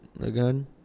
again